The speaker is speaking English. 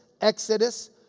Exodus